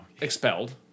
expelled